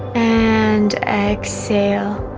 and exhale